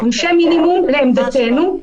עונשי מינימום, לעמדתנו,